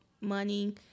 money